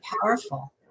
powerful